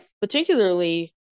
particularly